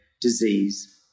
disease